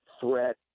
threat